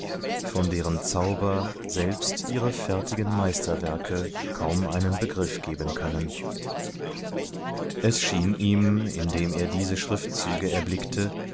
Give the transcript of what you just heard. von deren zauber selbst ihre fertigen meisterwerte kaum einen begriff geben können es schien ihm indem er diese schriftzüge erblickte